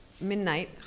Midnight